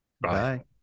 Bye